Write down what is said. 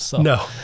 no